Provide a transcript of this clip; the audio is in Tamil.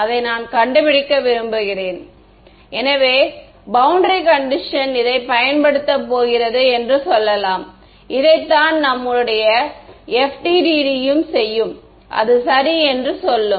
அதை நான் கண்டுபிடிக்க விரும்புகிறேன் எனவே பௌண்டரி கண்டிஷன் இதைப் பயன்படுத்தப் போகிறது என்று சொல்லலாம் இதைத்தான் நம்முடைய FDTD செய்யும் அது சரி என்றும் சொல்லும்